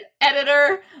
editor